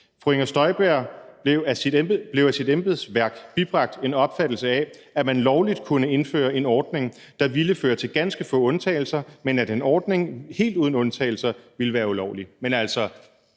fru Inger Støjberg »af sit embedsværk blev bibragt en opfattelse af, at man lovligt kunne indføre en ordning, der ville føre til ganske få undtagelser, men at en ordning helt uden undtagelser ville være ulovlig.«